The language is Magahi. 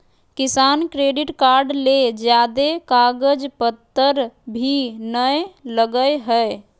किसान क्रेडिट कार्ड ले ज्यादे कागज पतर भी नय लगय हय